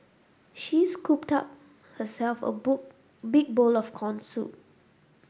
she scooped up herself a big bowl of corn soup